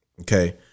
okay